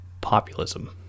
populism